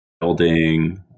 building